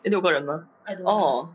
六个人吗 orh